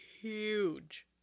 huge